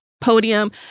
podium